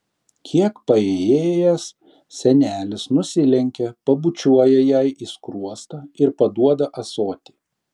kiek paėjėjęs senelis nusilenkia pabučiuoja jai į skruostą ir paduoda ąsotį